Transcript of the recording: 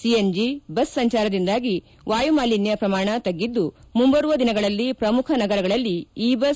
CNG bus ಸಂಚಾರದಿಂದಾಗಿ ವಾಯುಮಾಲಿನ್ದ ಪ್ರಮಾಣ ತಗ್ಗಿದ್ದು ಮುಂಬರುವ ದಿನಗಳಲ್ಲಿ ಪ್ರಮುಖ ನಗರಗಳಲ್ಲಿ ಇ ಬಸ್